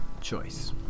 choice